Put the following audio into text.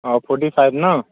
অঁ forty five ন